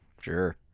Sure